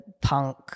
punk